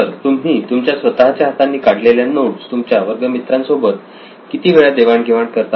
तर तुम्ही तुमच्या स्वतःच्या हातांनी काढलेल्या नोट्स तुमच्या वर्ग मित्रांसोबत किती वेळा देवाण घेवाण करता